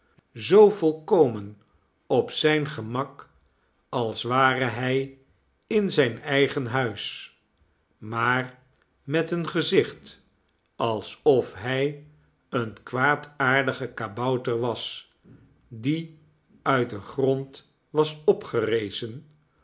zoo volkomen op zijn gemak als ware hij in zijn eigen huis maar met een gezicht alsof hij een kwaadaardige kabouter was die uit den grond was opgerezen